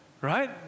right